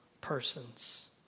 persons